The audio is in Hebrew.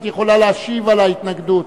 את יכולה להשיב על ההתנגדות,